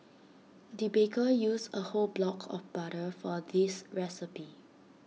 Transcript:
the baker used A whole block of butter for this recipe